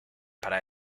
para